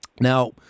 Now